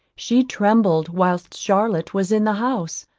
she trembled whilst charlotte was in the house,